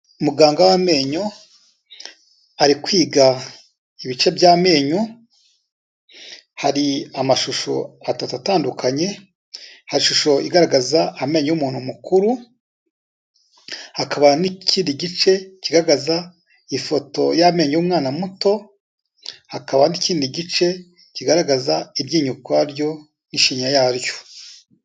Muganga w'amenyo ari kwiga ibice by'amenyo, hari amashusho atatu atandukanye. Hari Ishusho igaragaza amenyo y'umuntu mukuru, hakaba n'ikindi gice kigaragaza ifoto y'amenyo y'umwana muto, hakaba n'ikindi gice kigaragaza iryinyo ukwaryo n'ishinya yaryo.